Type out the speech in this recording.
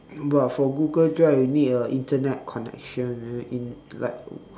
but for google drive you need a internet connection right in like